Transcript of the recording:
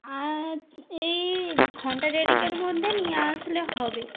আর এই ঘন্টা দেড়েকের মধ্যে নিয়ে আসলে হবে